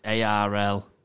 ARL